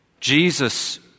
Jesus